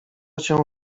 cię